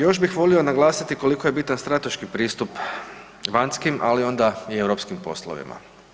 Još bih volio naglasiti koliko je bitan strateški pristup vanjskim ali onda i europskim poslovima.